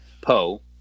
Poe